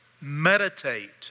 meditate